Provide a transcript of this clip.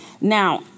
Now